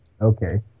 Okay